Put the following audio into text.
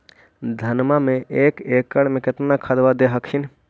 धनमा मे एक एकड़ मे कितना खदबा दे हखिन?